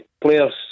Players